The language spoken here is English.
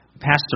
Pastor